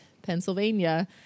Pennsylvania